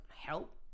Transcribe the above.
help